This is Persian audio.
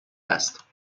است